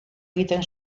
egiten